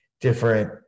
different